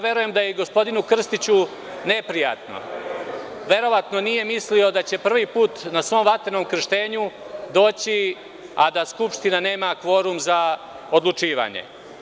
Verujem da je i gospodinu Krstiću, neprijatno, verovatno nije mislio da će prvi put na svom vatrenom krštenju doći, a da Skupština nema kvorum za odlučivanje.